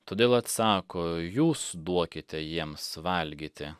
todėl atsako jūs duokite jiems valgyti